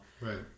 Right